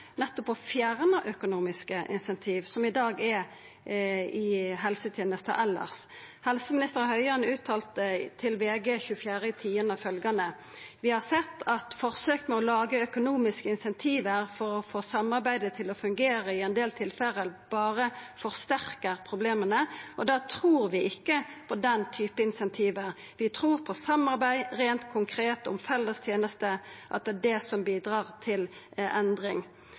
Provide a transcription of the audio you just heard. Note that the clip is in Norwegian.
nettopp å fjerna økonomiske incentiv som i dag er i helsetenesta elles. Helseminister Høie uttalte til VG den 24. oktober: «Vi har sett at forsøk på å lage økonomiske incentiver for å få samarbeidet til å fungere i en del tilfeller har bare forsterket problemene. Og da tror vi ikke på den typen incentiver. Vi tror på at samarbeid rent konkret om felles tjenester er det som bidrar til en endring.»